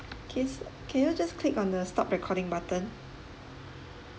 yes can you just click on the stop recording button